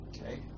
Okay